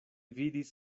vidis